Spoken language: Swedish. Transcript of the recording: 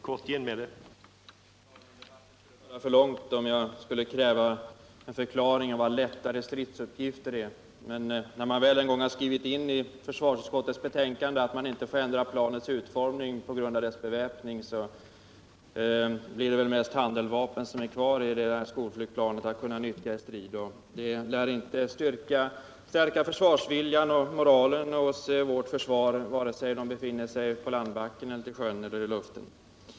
Herr talman! Det skulle föra för långt om jag krävde en förklaring av vad lättare stridsuppgifter är. Men när man väl en gång har skrivit in i försvarsutskottets betänkande att planets utformning inte får ändras på grund av dess beväpning, så blir det väl mest handeldvapen som är kvar i skolflygplanet för att nyttjas i strid. Det lär inte stärka försvarsviljan och moralen hos vårt försvar, vare sig man befinner sig på landbacken, till sjöss eller i luften.